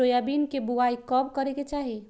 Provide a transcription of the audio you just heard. Soybean के बुआई कब करे के चाहि?